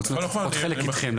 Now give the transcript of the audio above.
רוצים לפחות חלק איתכם,